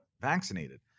vaccinated